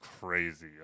crazy